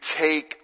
take